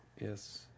Yes